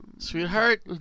Sweetheart